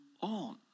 on